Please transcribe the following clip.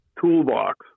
toolbox